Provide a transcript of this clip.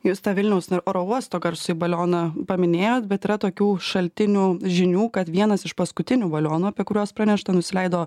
jūs tą vilniaus oro uosto garsųjį balioną paminėjot bet yra tokių šaltinių žinių kad vienas iš paskutinių balionų apie kuriuos pranešta nusileido